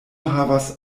havas